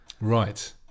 Right